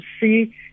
see